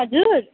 हजुर